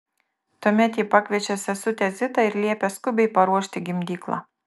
tuomet ji pakviečia sesutę zitą ir liepia skubiai paruošti gimdyklą